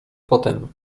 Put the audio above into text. potem